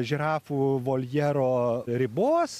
žirafų voljero ribos